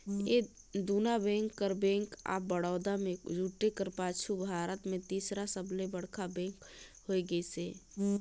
ए दुना बेंक कर bank of Baroda में जुटे कर पाछू भारत में तीसर सबले बड़खा बेंक होए गइस अहे